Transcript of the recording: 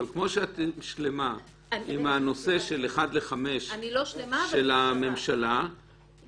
אבל כמו שאת שלמה עם הנושא של אחת לחמש של הממשלה -- אני לא שלמה.